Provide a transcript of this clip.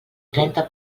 trenta